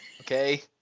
okay